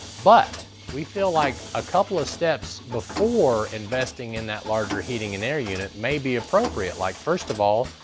but we feel like a couple of steps before investing in that larger heating and air unit may be appropriate. like first of all,